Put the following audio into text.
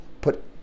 put